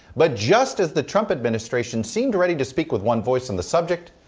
but just as the trump administration seemed ready to speak with one voice on the subject,